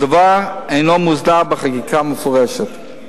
הדבר אינו מוסדר בחקיקה מפורשת.